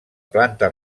planta